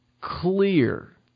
clear